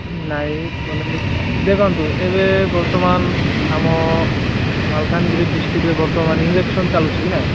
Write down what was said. ନାଇଁ ବୋଲେ କରି ଦେଖନ୍ତୁ ଏବେ ବର୍ତ୍ତମାନ ଆମ ମାଲକାନଗିରି ଡିଷ୍ଟ୍ରିକ୍ଟରେ ବର୍ତ୍ତମାନ ଇଲେକ୍ସନ୍ ଚାଲୁଛି କି ନାଇଁ